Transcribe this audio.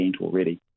already